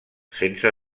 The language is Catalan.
sense